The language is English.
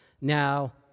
Now